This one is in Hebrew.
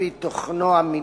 על-פי תוכנו המילולי,